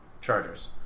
Chargers